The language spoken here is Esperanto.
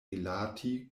rilati